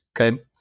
Okay